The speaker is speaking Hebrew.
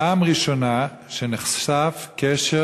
פעם ראשונה שנחשף קשר,